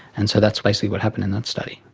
and so that's basically what happened in that study.